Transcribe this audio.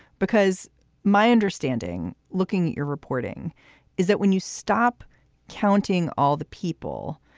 because my understanding, looking at your reporting is that when you stop counting all the people,